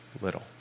little